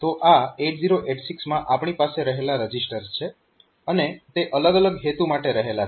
તો આ 8086 માં આપણી પાસે રહેલા રજીસ્ટર્સ છે અને તે અલગ અલગ હેતુ માટે રહેલા છે